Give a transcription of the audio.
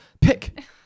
Pick